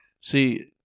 See